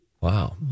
Wow